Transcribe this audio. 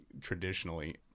traditionally